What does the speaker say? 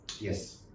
Yes